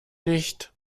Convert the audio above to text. nicht